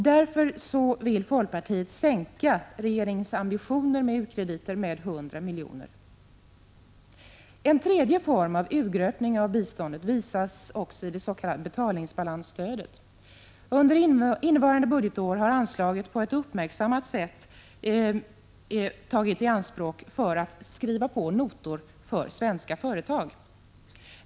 Därför vill folkpartiet sänka regeringens ambitioner när det gäller u-krediter med 100 miljoner. En tredje form av urgröpning av biståndet visas i dets.k. betalningsbalans 51 stödet. Under innevarande budgetår har anslaget på ett uppmärksammat sätt tagits i anspråk när det gällt att skriva på notor för svenska företag.